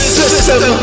system